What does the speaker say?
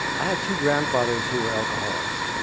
i had two grandfathers who were alcoholics.